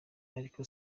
ariko